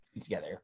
together